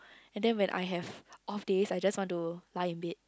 and then when I have off days I just want to lie in bed